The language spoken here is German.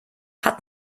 hat